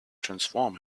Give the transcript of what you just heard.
transform